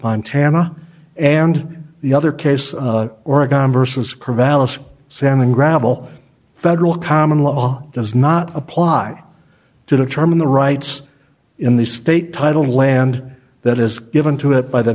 i'm tana and the other case oregon vs paralysis salmon gravel federal common law does not apply to determine the rights in the state title land that is given to it by the